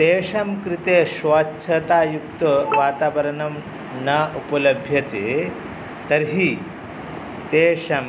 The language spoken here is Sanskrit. तेषां कृते स्वच्छतायुक्तवातावरणं न उपलभ्यते तर्हि तेषां